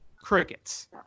Crickets